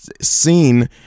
seen